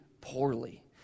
poorly